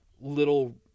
little